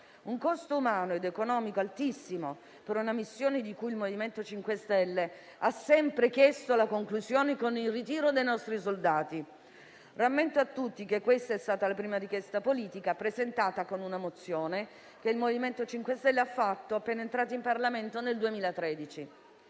Un costo umano ed economico altissimo per una missione di cui il MoVimento 5 Stelle ha sempre chiesto la conclusione con il ritiro dei nostri soldati: rammento a tutti che questa è stata la prima richiesta politica presentata con una mozione che il MoVimento 5 Stelle ha fatto appena entrato in Parlamento nel 2013.